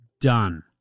Done